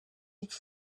iki